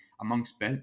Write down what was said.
amongst